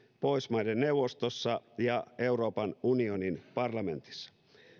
pohjoismaiden neuvostossa ja euroopan unionin parlamentissa